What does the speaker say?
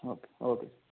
okay okay